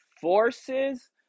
forces